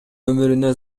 өмүрүнө